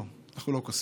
לא, אנחנו לא קוסמים.